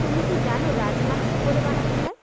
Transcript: তুমি কি জানো রাজমা কী করে বানাতে হয়